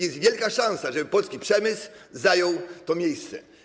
Jest wielka szansa, żeby polski przemysł zajął to miejsce.